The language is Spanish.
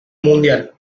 mundial